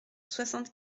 soixante